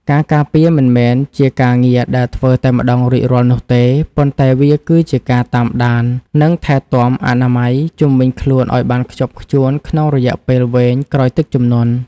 ការការពារមិនមែនជាការងារដែលធ្វើតែម្តងរួចរាល់នោះទេ ប៉ុន្តែវាគឺជាការតាមដាន និងថែទាំអនាម័យជុំវិញខ្លួនឱ្យបានខ្ជាប់ខ្ជួនក្នុងរយៈពេលវែងក្រោយទឹកជំនន់។